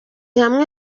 ihame